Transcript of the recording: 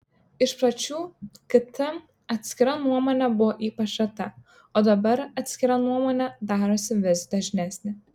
iš pradžių kt atskira nuomonė buvo ypač reta o dabar atskira nuomonė darosi vis dažnesnė